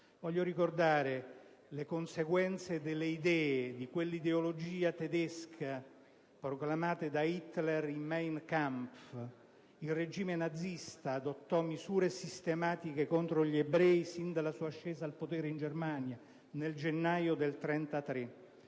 voglio ricordare le conseguenze delle idee, di quell'ideologia tedesca proclamata da Hitler nel «Mein Kampf*»*. Il regime nazista adottò misure sistematiche contro gli ebrei sin dalla sua ascesa al potere in Germania nel gennaio del 1933.